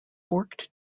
forked